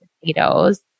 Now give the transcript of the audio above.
potatoes